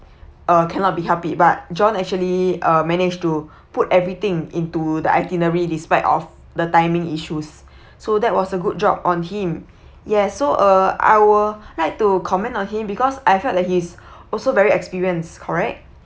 uh cannot be helped it but john actually uh managed to put everything into the itinerary despite of the timing issues so that was a good job on him yes so uh I would like to comment on him because I felt that he's also very experienced correct